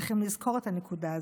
צריך לזכור את הנקודה הזאת.